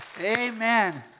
Amen